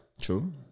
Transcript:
True